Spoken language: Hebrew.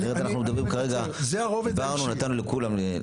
אחרת אנחנו מדברים כרגע, דיברנו, נתנו לכולם.